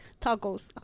tacos